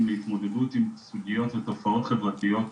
להתמודדות עם סוגיות ותופעות חברתיות.